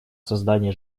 создание